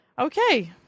Okay